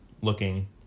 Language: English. looking